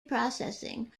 processing